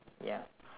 ya